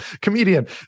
comedian